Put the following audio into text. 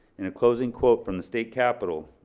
in a closing quote from the state capitol,